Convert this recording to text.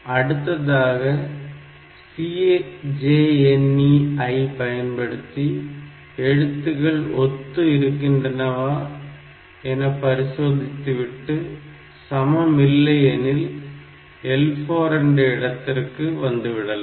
அடுத்ததாக CJNE ஐ பயன்படுத்தி எழுத்துக்கள் ஒத்து இருக்கின்றனவா பரிசோதித்துவிட்டு சமம் இல்லையெனில் L4 என்ற இடத்திற்கு வந்துவிடலாம்